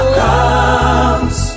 comes